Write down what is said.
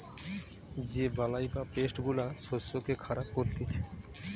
যে বালাই বা পেস্ট গুলা শস্যকে খারাপ করতিছে